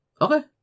Okay